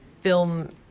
film